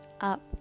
up